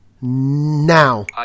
Now